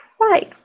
Right